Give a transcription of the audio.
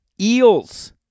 eels